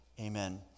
Amen